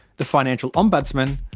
the financial ombudsman,